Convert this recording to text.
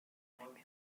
نمی